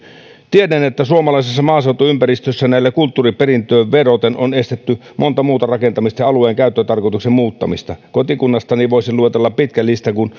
tiedän että suomalaisessa maaseutuympäristössä kulttuuriperintöön vedoten on estetty monta muuta rakentamista ja alueen käyttötarkoituksen muuttamista kotikunnastani voisin luetella pitkän listan kun